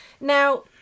Now